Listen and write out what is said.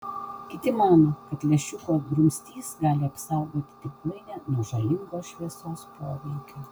kiti mano kad lęšiuko drumstys gali apsaugoti tinklainę nuo žalingo šviesos poveikio